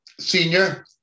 senior